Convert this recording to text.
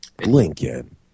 Lincoln